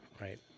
Right